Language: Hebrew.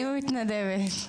אני מתנדבת.